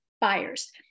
buyers